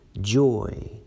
joy